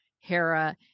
Hera